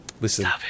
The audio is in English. Listen